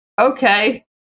okay